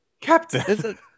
Captain